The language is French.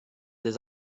des